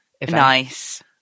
Nice